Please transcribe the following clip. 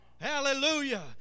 Hallelujah